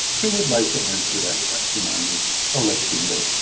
who would like to answer that question on this election day?